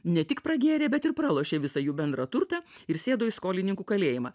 ne tik pragėrė bet ir pralošė visą jų bendrą turtą ir sėdo į skolininkų kalėjimą